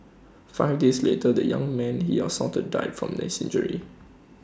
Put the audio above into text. five days later the young man he assaulted died from his injuries